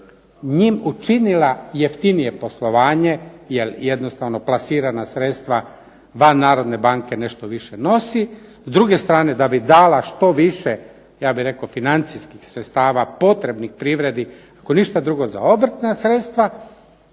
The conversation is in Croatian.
njima učinila jeftinije poslovanje jer jednostavno plasirana sredstva van Narodne banke nešto više nosi, s druge strane da bi dala što više ja bih rekao financijskih sredstava potrebnih privredi ako ništa drugo za obrtna sredstva.